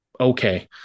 okay